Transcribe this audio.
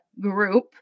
group